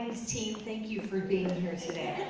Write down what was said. thank you for being here today.